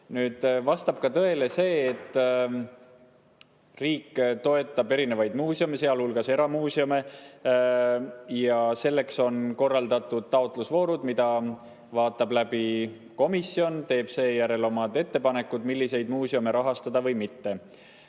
tööd. Vastab tõele ka see, et riik toetab erinevaid muuseume, sealhulgas eramuuseume. Selleks on korraldatud taotlusvoorud, mida vaatab läbi komisjon, kes teeb seejärel omad ettepanekud, milliseid muuseume rahastada ja milliseid